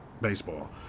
baseball